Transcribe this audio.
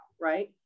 right